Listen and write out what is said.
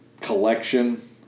collection